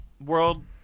World